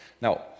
Now